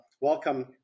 welcome